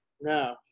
No